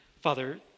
Father